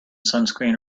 sunscreen